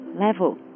level